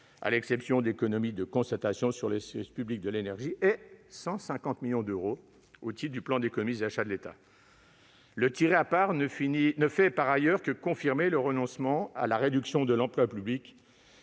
à l'exception d'économies de constatation sur le service public de l'énergie et de 150 millions d'euros au titre du plan d'économies sur les achats de l'État. Le « tiré à part » ne fait par ailleurs que confirmer votre renoncement à la baisse de l'emploi public,